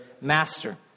master